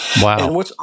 Wow